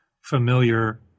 familiar